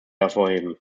hervorheben